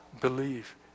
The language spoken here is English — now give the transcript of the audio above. believe